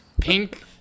pink